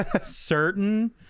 certain